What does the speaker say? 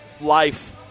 life